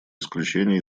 исключения